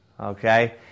Okay